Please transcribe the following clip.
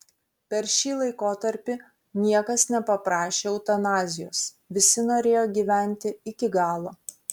per šį laikotarpį niekas nepaprašė eutanazijos visi norėjo gyventi iki galo